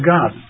God